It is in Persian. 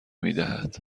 میدهد